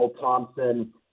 thompson